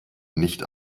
nicht